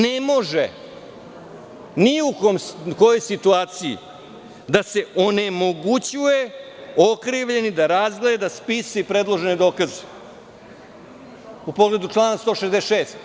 Ne može ni u kojoj situaciji da se onemogućava okrivljeni da razgleda spise i predložene dokaze, u pogledu člana 166.